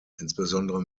insbesondere